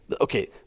okay